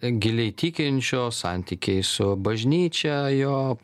giliai tikinčio santykiai su bažnyčia jo